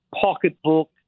pocketbook